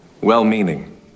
well-meaning